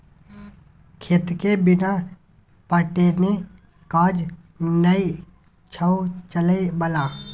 खेतके बिना पटेने काज नै छौ चलय बला